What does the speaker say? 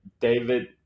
David